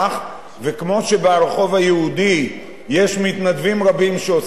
וכמו שברחוב היהודי יש מתנדבים רבים שעושים את זה,